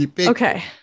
Okay